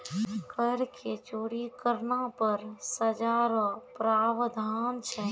कर के चोरी करना पर सजा रो प्रावधान छै